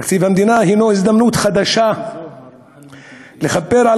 תקציב המדינה הנו הזדמנות חדשה לכפר על